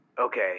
Okay